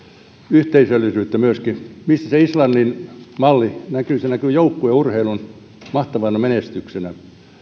yhteisöllisyyttä missä se islannin malli näkyy se näkyy joukkueurheilun mahtavana menestyksenä